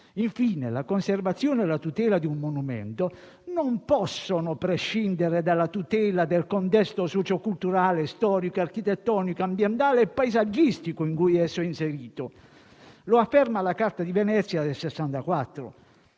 Infine, la conservazione e la tutela di un monumento non possono prescindere dalla tutela del contesto socio culturale, storico, architettonico, ambientale e paesaggistico in cui esso è inserito. Lo afferma la Carta di Venezia del 1964.